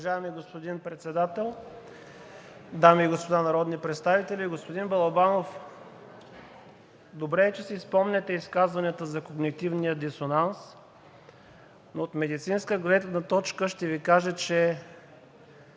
добре е, че си спомняте изказванията за когнитивния дисонанс, но от медицинска гледна точка ще Ви кажа, че